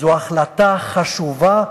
זאת החלטה חשובה,